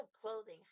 clothing